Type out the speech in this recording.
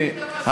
אתה מגנה?